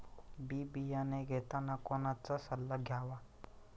बी बियाणे घेताना कोणाचा सल्ला घ्यावा?